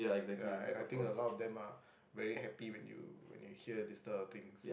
ya and I think a lot of them are very happy when you when you hear these type of things